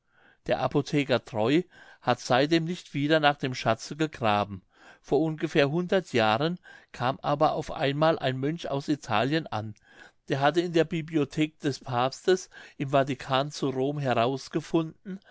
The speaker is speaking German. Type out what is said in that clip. der apotheker treu hat seitdem nicht wieder nach dem schatze gegraben vor ungefähr hundert jahren kam aber auf einmal ein mönch aus italien an der hatte in der bibliothek des papstes im vatican zu rom herausgefunden